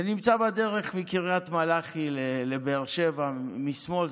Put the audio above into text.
זה נמצא בדרך מקריית מלאכי לבאר שבע משמאל,